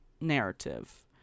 narrative